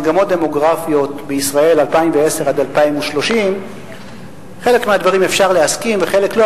"מגמות דמוגרפיות בישראל 2010 2030". לחלק מהדברים אפשר להסכים ולחלק לא,